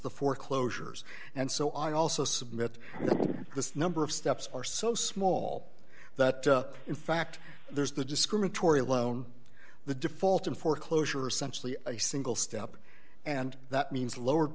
the foreclosures and so i also submit this number of steps are so small that in fact there's the discriminatory loan the default in foreclosure essentially a single step and that means lower